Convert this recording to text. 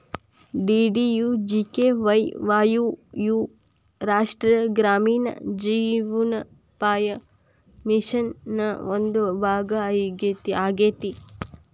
DDUGKY ವಾಯ್ ಯು ರಾಷ್ಟ್ರೇಯ ಗ್ರಾಮೇಣ ಜೇವನೋಪಾಯ ಮಿಷನ್ ನ ಒಂದು ಭಾಗ ಆಗೇತಿ